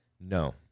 No